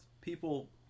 people